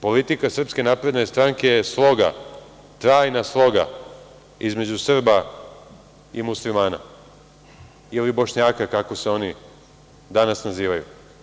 Politika SNS je sloga, trajna sloga između Srba i Muslimana, ili Bošnjaka, kako se oni danas nazivaju.